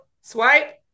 swipe